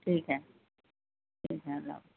ٹھیک ہے ٹھیک ہے اللّہ حافظ